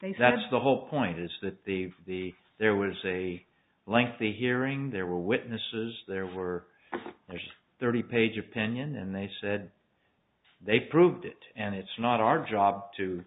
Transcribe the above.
that it's the whole point is that the the there was a lengthy hearing there were witnesses there were there's a thirty page opinion and they said they proved it and it's not our job to